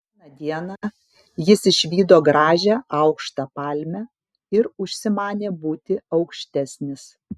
vieną dieną jis išvydo gražią aukštą palmę ir užsimanė būti aukštesnis